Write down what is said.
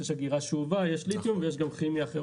יש ליתיום ויש גם אחרות,